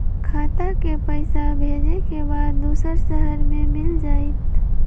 खाता के पईसा भेजेए के बा दुसर शहर में मिल जाए त?